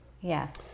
Yes